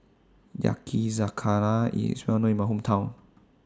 Yakizakana IS Well known in My Hometown